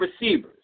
receivers